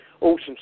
Awesome